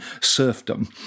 serfdom